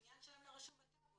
בעיה, הבניין שלהם לא רשום בטאבו.